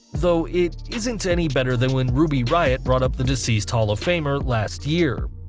though it isn't any better than when ruby riott brought up the deceased hall of famer last year.